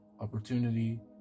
opportunity